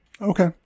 Okay